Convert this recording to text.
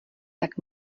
tak